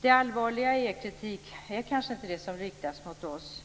Det allvarliga i er kritik är kanske inte den del som riktas mot oss,